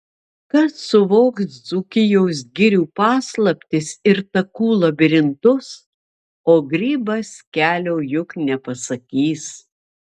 kas suvoks dzūkijos girių paslaptis ir takų labirintus o grybas kelio juk nepasakys